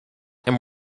and